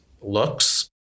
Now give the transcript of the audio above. looks